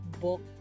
book